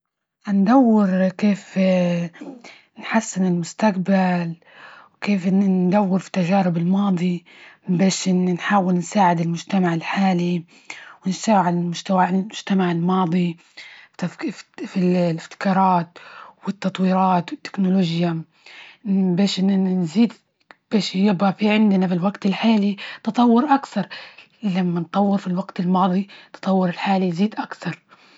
هندور، كيف نحسن المستجبل؟ وكيف ندور في تجارب الماضي؟ بش نحاول نساعد المجتمع الحالي، ونساعد المجتمع- المجتمع الماضي تفكي في الأفتكارات، والتطويرات والتكنولوجيا، بش نزيد بش يبقى في عندنا في الوقت الحالي تطور أكثر، لما نطور فى الوقت الماضى، التطور الحالى يزيد أكثر.